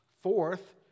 Fourth